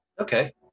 Okay